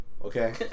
Okay